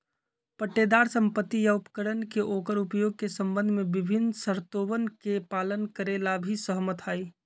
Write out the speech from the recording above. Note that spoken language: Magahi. पट्टेदार संपत्ति या उपकरण के ओकर उपयोग के संबंध में विभिन्न शर्तोवन के पालन करे ला भी सहमत हई